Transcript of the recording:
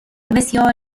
بسیار